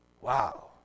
Wow